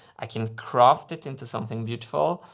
i can craft it into something beautiful.